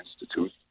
Institute